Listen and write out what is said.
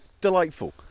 delightful